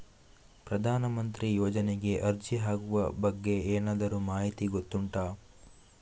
ಪ್ರಧಾನ ಮಂತ್ರಿ ಯೋಜನೆಗೆ ಅರ್ಜಿ ಹಾಕುವ ಬಗ್ಗೆ ಏನಾದರೂ ಮಾಹಿತಿ ಗೊತ್ತುಂಟ?